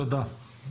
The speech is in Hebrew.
תודה.